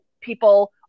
people